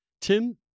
Tim